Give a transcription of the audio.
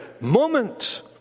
moment